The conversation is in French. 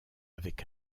avec